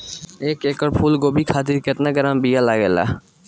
एक एकड़ फूल गोभी खातिर केतना ग्राम बीया लागेला?